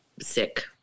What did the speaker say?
sick